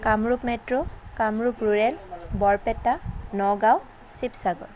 Kamrup metro Kamrup rural Barpeta Nagaon Sivasagar